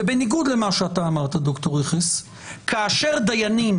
ובניגוד למה שאתה אמרת, ד"ר רכס, כאשר דיינים